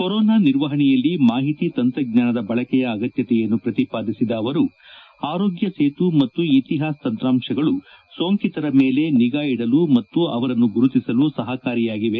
corona ನಿರ್ವಹಣೆಯಲ್ಲಿ ಮಾಹಿತಿ ತಂತ್ರಜ್ಞಾನದ ಬಳಕೆಯ ಅಗತ್ಯತೆಯನ್ನು ಪ್ರತಿಪಾದಿಸಿದ ಅವರು ಆರೋಗ್ಯಸೇತು ಮತ್ತು ಇತಿಹಾಸ್ ತಂತ್ರಾಂಶಗಳು ಸೋಂಕಿತರ ಮೇಲೆ ನಿಗಾ ಇಡಲು ಮತ್ತು ಅವರನ್ನು ಗುರುತಿಸಲು ಸಹಕಾರಿಯಾಗಿದೆ